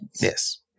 Yes